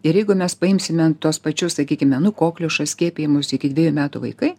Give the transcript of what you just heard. ir jeigu mes paimsime tuos pačius sakykime nu kokliušo skiepijimus iki dvejų metų vaikai